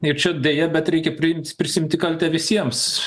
ir čia deja bet reikia priimti prisiimti kaltę visiems